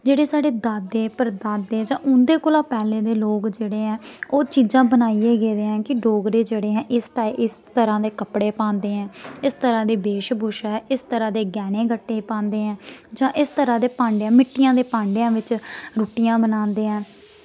जेह्ड़े साढ़े दादे परदादे जां उं'दे कोला पैह्लें दे लोक जेह्ड़े ऐ ओह् चीजां बनाइयै गेदे ऐं कि डोगरे जेह्ड़े ऐ इस टाइ तरह् दे कपड़े पांदे ऐं इस तरह् दी वेश भूशा ऐ इस तरह् दे गैह्ने गट्टे पांदे ऐं जां इस तरह् दे भांडे मिट्टियां दे भांडेआं बिच्च रुट्टियां बनांदे ऐं